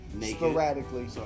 sporadically